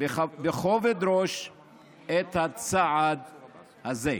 בכובד ראש את הצעד הזה.